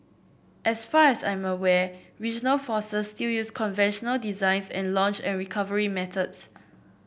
as far as I am aware regional forces still use conventional designs and launch and recovery methods